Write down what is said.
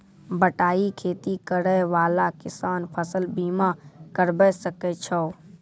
बटाई खेती करै वाला किसान फ़सल बीमा करबै सकै छौ?